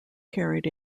carried